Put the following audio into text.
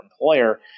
employer